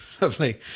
Lovely